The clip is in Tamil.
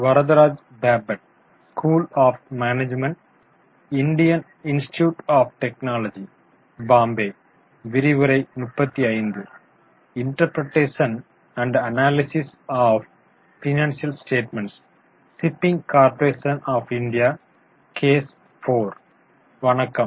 வணக்கம்